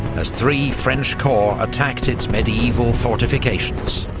as three french corps attacked its medieval fortifications.